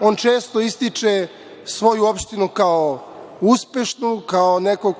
on često ističe svoju opštinu kao uspešnu, kao neku